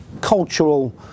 cultural